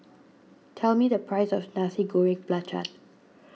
tell me the price of Nasi Goreng Belacan